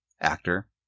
actor